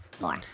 more